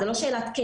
זאת לא שאלה של כן,